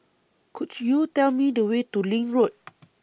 Could YOU Tell Me The Way to LINK Road